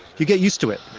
you get used to it.